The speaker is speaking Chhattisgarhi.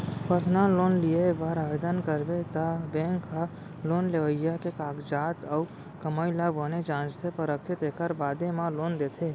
पर्सनल लोन लिये बर ओवदन करबे त बेंक ह लोन लेवइया के कागजात अउ कमाई ल बने जांचथे परखथे तेकर बादे म लोन देथे